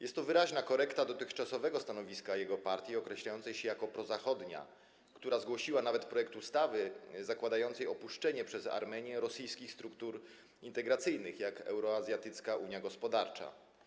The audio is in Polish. Jest to wyraźna korekta dotychczasowego stanowiska jego partii określającej się jako prozachodnia, która zgłosiła nawet projekt ustawy zakładającej opuszczenie przez Armenię rosyjskich struktur integracyjnych, takich jak Euroazjatycka Unia Gospodarcza.